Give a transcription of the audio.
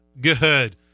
Good